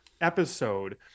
episode